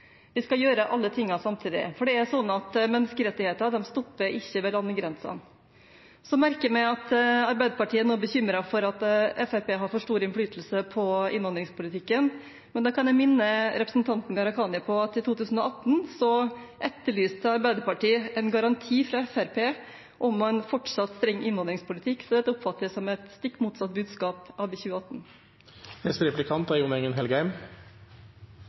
Vi skal gjøre alle tingene samtidig, for det er sånn at menneskerettigheter ikke stopper ved landegrensene. Så merker jeg meg at Arbeiderpartiet nå er bekymret for at Fremskrittspartiet har for stor innflytelse på innvandringspolitikken. Da kan jeg minne representanten Gharahkhani på at i 2018 etterlyste Arbeiderpartiet en garanti fra Fremskrittspartiet om en fortsatt streng innvandringspolitikk, så dette oppfatter jeg som et stikk motsatt budskap